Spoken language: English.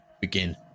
begin